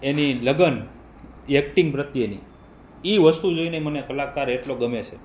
એની લગન એ એક્ટિંગ પ્રત્યેની એ વસ્તુ જોઈને મને કલાકાર એટલો ગમે છે